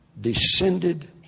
descended